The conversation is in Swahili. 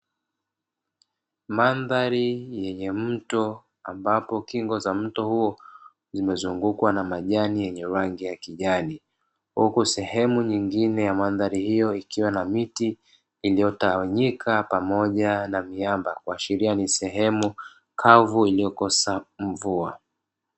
Mandhari yenye mto ambapo kingo za mto huo zimezungukwa na majani yenye rangi ya kijani, huku sehemu nyingine ya mandhari hiyo ikiwa na miti iliyotawanyika pamoja na miamba kuashiria ni sehemu kavu iliyokosa mvua.